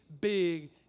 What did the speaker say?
big